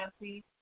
Nancy